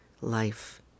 life